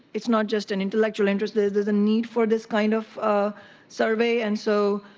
it is not just an intellectual interest, there is is a need for this kind of survey, and so,